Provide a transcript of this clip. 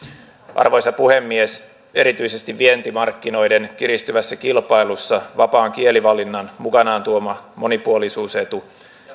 arvoisa puhemies erityisesti vientimarkkinoiden kiristyvässä kilpailussa vapaan kielivalinnan mukanaan tuoma monipuolisuusetu